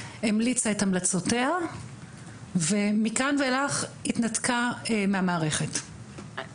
המליצה את המלצותיה ומכאן ואילך התנתקה מהמערכת,